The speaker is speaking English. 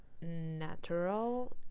natural